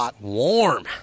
warm